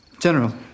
General